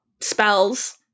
spells